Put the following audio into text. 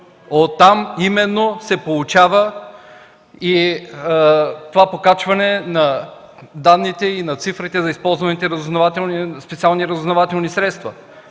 Оттам именно се получава това покачване на данните и цифрите за използваните специални разузнавателни средства,